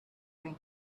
think